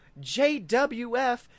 JWF